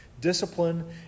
discipline